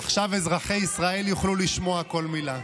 עכשיו אזרחי ישראל יוכלו לשמוע כל מילה.